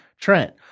Trent